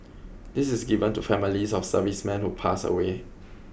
this is given to families of servicemen who pass away